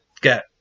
get